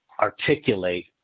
articulate